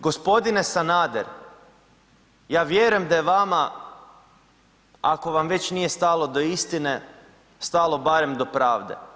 Gospodine Sanader, ja vjerujem da je vama, ako vam već nije stalo do istine, stalo barem do pravde.